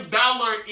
dollar